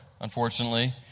unfortunately